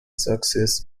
success